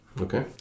Okay